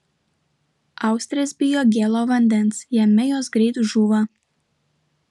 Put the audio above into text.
austrės bijo gėlo vandens jame jos greit žūva